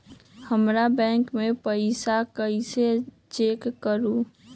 हमर बैंक में पईसा कईसे चेक करु?